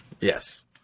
Yes